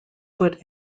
foot